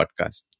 podcast